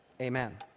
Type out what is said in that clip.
Amen